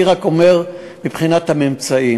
אני רק אומר מבחינת הממצאים.